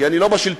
כי אני לא בשלטון.